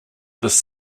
this